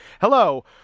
hello